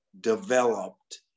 developed